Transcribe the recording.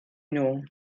nhw